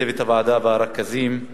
לצוות הוועדה, לרכזים,